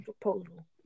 proposal